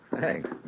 Thanks